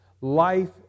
life